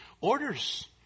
orders